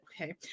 okay